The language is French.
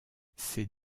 ces